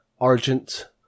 Argent